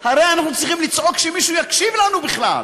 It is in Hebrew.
הרי אנחנו צריכים לצעוק כדי שמישהו יקשיב לנו בכלל.